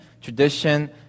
tradition